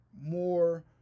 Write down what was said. more